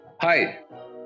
Hi